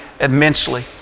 immensely